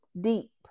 deep